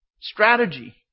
strategy